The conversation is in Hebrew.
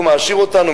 שהוא מעשיר אותנו,